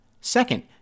Second